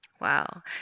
Wow